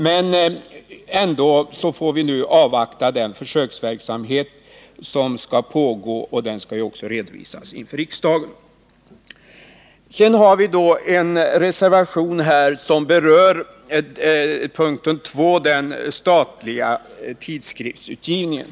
Men nu får vi avvakta den försöksverksamhet som skall pågå och som också skall redovisas för riksdagen. Jag vill sedan gå över till den reservation som berör punkt 2 om den statliga tidskriftsutgivningen.